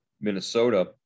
Minnesota